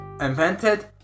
invented